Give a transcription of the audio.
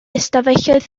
ystafelloedd